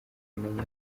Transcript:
wabona